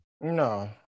no